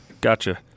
Gotcha